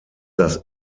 das